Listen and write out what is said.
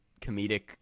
comedic